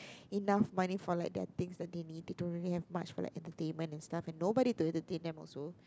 enough money for like the things they need to do and they don't have much entertainment and stuff and nobody to entertain them also